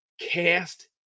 cast